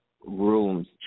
rooms